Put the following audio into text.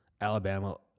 Alabama